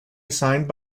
assigned